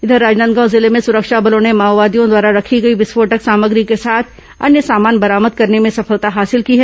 इधर राजनांदगांव जिले में सुरक्षा बलों ने माओवादियों द्वारा रखी गई विस्फोटक सामग्री के साथ अन्य सामान बरामद करने में सफलता हासिल की है